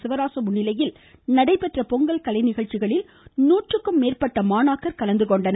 சிவராசு முன்னிலையில் நடைபெற்ற பொங்கல் கலைநிகழ்ச்சிகளில் நூற்றுக்கும் மேற்பட்ட மாணாக்கர் கலந்துகொண்டனர்